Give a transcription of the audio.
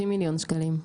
50 מיליון שקלים.